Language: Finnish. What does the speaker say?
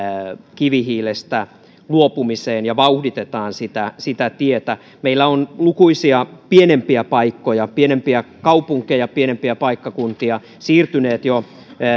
kivihiilestä luopumiseen ja vauhditetaan sitä sitä tietä meillä on lukuisia pienempiä paikkoja pienempiä kaupunkeja pienempiä paikkakuntia siirtynyt jo